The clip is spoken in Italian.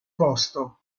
posto